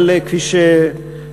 אבל כפי שברור,